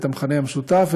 את המכנה המשותף.